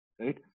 right